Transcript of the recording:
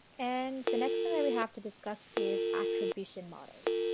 and the next thing we have to discuss is attribution models.